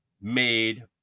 made